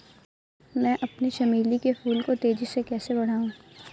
मैं अपने चमेली के फूल को तेजी से कैसे बढाऊं?